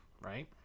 right